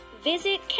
Visit